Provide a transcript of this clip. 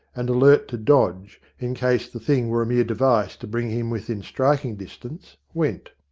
and alert to dodge in case the thing were a mere device to bring him within striking distance, went.